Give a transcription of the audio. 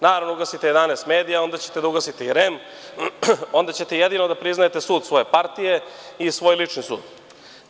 Naravno, ugasite 11 medija, onda ćete da ugasite i REM, onda ćete jedino da priznajete sud svoje partije i svoj lični sud.